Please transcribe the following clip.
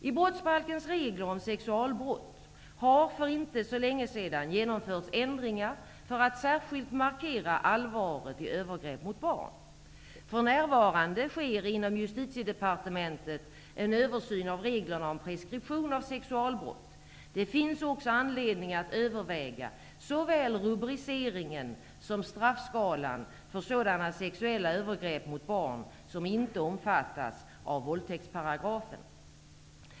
I brottsbalkens regler om sexualbrott har för inte så länge sedan genomförts ändringar för att särskilt markera allvaret i övergrepp mot barn. För närvarande sker inom Justitiedepartementet en översyn av reglerna om preskription av sexualbrott. Det finns också anledning att överväga såväl rubriceringen som straffskalan för sådana sexuella övergrepp mot barn som inte omfattas av våldtäktsparagrafen.